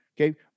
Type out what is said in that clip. Okay